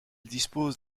dispose